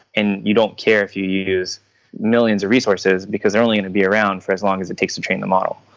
and you don't care if you use millions of resources, because they're only going to be around for as long as it takes to train the model.